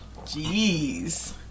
Jeez